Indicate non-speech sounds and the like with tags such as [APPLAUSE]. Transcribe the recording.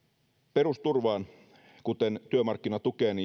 perusturvaan kuten työmarkkinatukeen [UNINTELLIGIBLE]